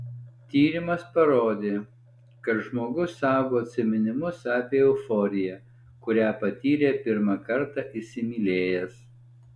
tyrimas parodė kad žmogus saugo atsiminimus apie euforiją kurią patyrė pirmą kartą įsimylėjęs